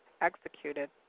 executed